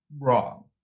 wrong